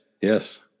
Yes